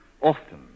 often